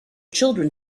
children